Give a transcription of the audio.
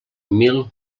mil